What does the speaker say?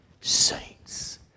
saints